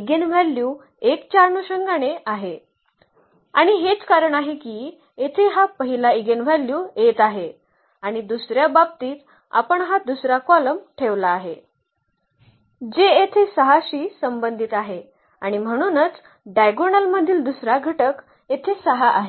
eigenvalue 1 च्या अनुषंगाने आहे आणि हेच कारण आहे की येथे हा पहिला इगेनव्ह्ल्यू येत आहे आणि दुसर्या बाबतीत आपण हा दुसरा कॉलम ठेवला आहे जे येथे 6 शी संबंधित होते आणि म्हणूनच डायगोनल मधील दुसरा घटक येथे 6 आहे